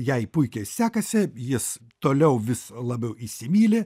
jai puikiai sekasi jis toliau vis labiau įsimyli